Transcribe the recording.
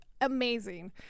amazing